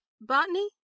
botany